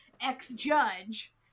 ex-judge